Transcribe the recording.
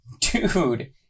dude